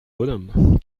bonhomme